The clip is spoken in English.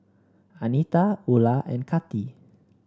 Anita Ula and Kati